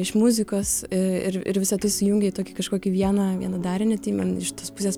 iš muzikos ir ir ir visa tai sujungia į tokį kažkokį vieną vieną darinį tai man iš tos pusės